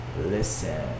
listen